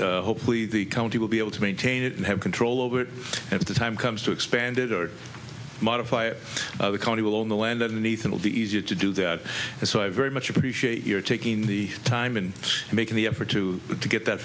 hopefully the county will be able to maintain it and have control over at the time comes to expand it or modify it the county will own the land and anything will be easier to do that so i very much appreciate your taking the time and making the effort to to get that